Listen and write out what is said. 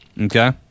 Okay